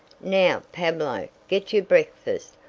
now, pablo, get your breakfast,